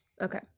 Okay